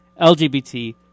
LGBT